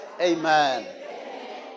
Amen